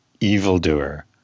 evildoer